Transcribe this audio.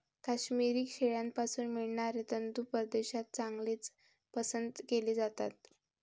काश्मिरी शेळ्यांपासून मिळणारे तंतू परदेशात चांगलेच पसंत केले जातात